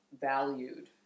valued